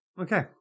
Okay